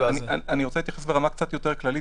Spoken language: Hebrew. אני רוצה להתייחס ברמה קצת יותר כללית,